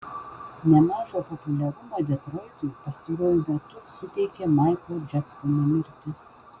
nemažo populiarumo detroitui pastaruoju metu suteikė maiklo džeksono mirtis